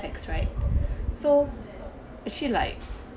effects right so actually like